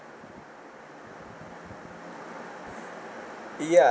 ya